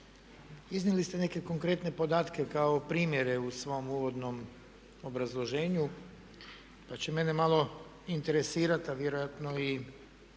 iznijeli ste neke konkretne podatke kao primjere u svom uvodnom obrazloženju pa će mene malo interesirati a vjerojatno i